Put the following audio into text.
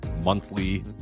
monthly